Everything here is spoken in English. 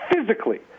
physically